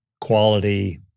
quality